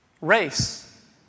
race